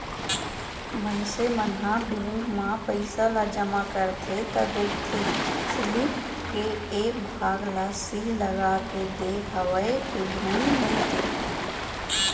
मनसे मन ह बेंक म पइसा ल जमा करथे त देखथे सीलिप के एक भाग ल सील लगाके देय हवय के धुन नइते